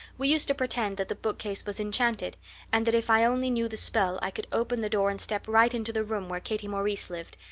we used to pretend that the bookcase was enchanted and that if i only knew the spell i could open the door and step right into the room where katie maurice lived,